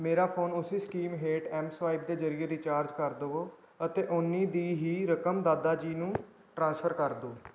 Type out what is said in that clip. ਮੇਰਾ ਫੋਨ ਉਸੀ ਸਕੀਮ ਹੇਠ ਐੱਮ ਸਵਾਇਪ ਦੇ ਜ਼ਰੀਏ ਰਿਚਾਰਜ ਕਰ ਦੇਵੋ ਅਤੇ ਓਨੀ ਹੀ ਦੀ ਰਕਮ ਦਾਦਾ ਜੀ ਨੂੰ ਟ੍ਰਾਂਸਫਰ ਕਰ ਦਿਓ